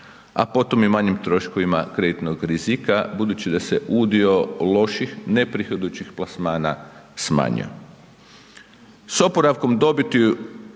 a potom i manjim troškovima kreditnog rizika budući da se udio loših ne prihodujućih plasmana smanjio.